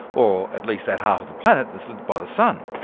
or at least, that half of the planet that is lit by the sun.